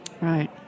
Right